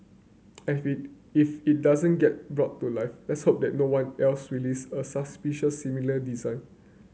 and if it doesn't get brought to life let's hope that no one else release a suspicious similar design